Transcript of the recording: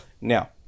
Now